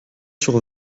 sur